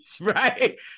Right